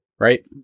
Right